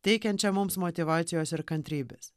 teikiančią mums motyvacijos ir kantrybės